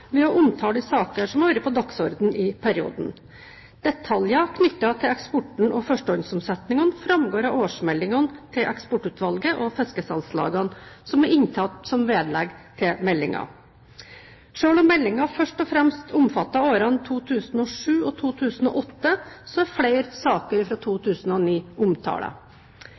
ved å omtale saker som har vært på dagsordenen i perioden. Detaljer knyttet til eksporten og førstehåndsomsetningen framgår av årsmeldingene til Eksportutvalget og fiskesalgslagene, som er inntatt som vedlegg til meldingen. Selv om meldingen først og fremst omfatter årene 2007 og 2008, er flere saker fra 2009